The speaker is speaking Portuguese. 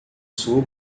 sul